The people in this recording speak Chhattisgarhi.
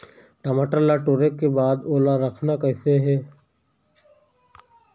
टमाटर ला टोरे के बाद ओला रखना कइसे हे?